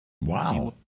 Wow